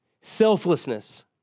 Selflessness